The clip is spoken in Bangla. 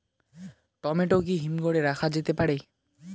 টমেটো কি হিমঘর এ রাখা যেতে পারে?